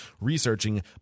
researching